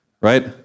right